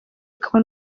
akaba